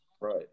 Right